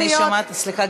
סליחה,